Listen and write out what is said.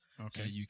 Okay